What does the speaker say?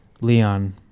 Leon